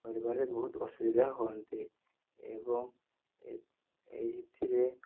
କରିବାରେ ବହୁତ ଅସୁବିଧା ହୁଅନ୍ତି ଏବଂ ଏହିଥିରେ